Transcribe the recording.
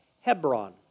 Hebron